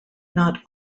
not